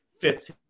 fits